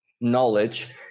knowledge